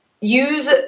use